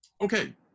Okay